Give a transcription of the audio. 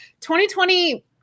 2020